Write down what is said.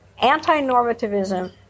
anti-normativism